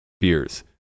beers